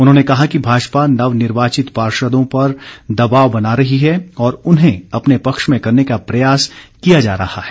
उन्होंने कहा कि भाजपा नवनिर्वाचित पार्षदों पर दबाव बना रही है और उन्हें अपने पक्ष में करने का प्रयास किया जा रहा है